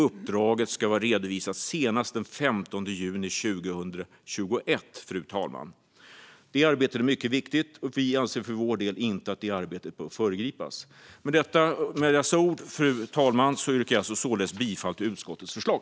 Uppdraget ska redovisas senast den 15 juni 2021, fru talman. Det arbete är mycket viktigt, och för vår del anser vi att det inte bör föregripas. Med dessa ord, fru talman, yrkar jag således bifall till utskottets förslag.